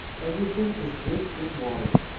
everything is writ in water.